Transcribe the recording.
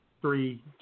Three